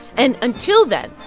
and until then,